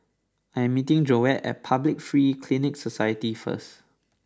I am meeting Joette at Public Free Clinic Society first